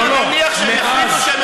מי יפנה?